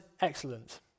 excellent